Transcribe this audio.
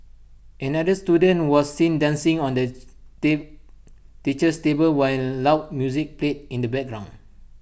another student was seen dancing on the teacher's table while loud music played in the background